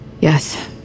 Yes